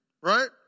right